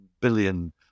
billion